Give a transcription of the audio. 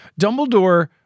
Dumbledore